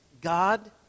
God